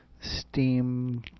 steam